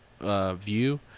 view